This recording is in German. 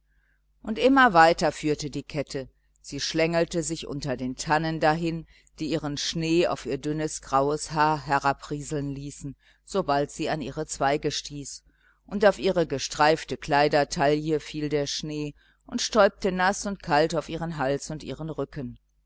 und immer weiter führte die kette sie schlängelte sich unter den tannen dahin die ihren schnee auf ihr dünnes graues haar herabrieseln ließen sobald sie an ihre zweige stieß und auf ihre gestreifte kleidertaille fiel der schnee und stäubte naß und kalt auf ihren hals und ihren rücken